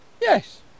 Yes